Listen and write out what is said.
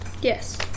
Yes